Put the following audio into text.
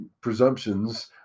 presumptions